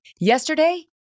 Yesterday